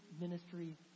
ministry